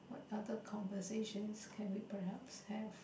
what other conversations can we perhaps have